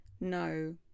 no